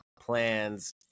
plans